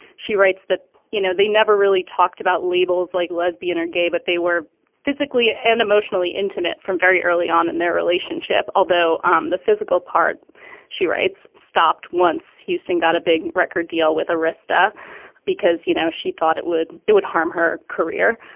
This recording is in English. she writes that you know they never really talked about labels like lesbian or gay but they were physically and emotionally intimate from very early on in their relationship. although um the physical part she writes stopped once houston got a big record deal with arista because you know she thought it would it would harm her career.